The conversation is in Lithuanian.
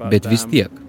bet vis tiek